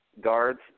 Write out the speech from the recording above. guards